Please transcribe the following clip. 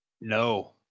No